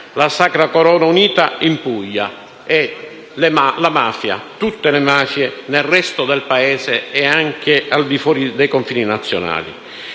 la sacra corona unita in Puglia e tutte le mafie nel resto del Paese e anche al di fuori dei confini nazionali.